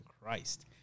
Christ